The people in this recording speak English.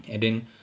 and then